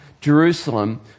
Jerusalem